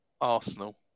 Arsenal